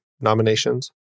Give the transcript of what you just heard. nominations